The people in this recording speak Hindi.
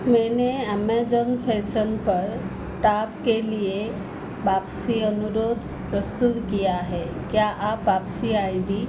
मैंने अमेजन फैशन पर टॉप के लिए वापसी अनुरोध प्रस्तुत किया है क्या आप वापसी आई डी